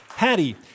Patty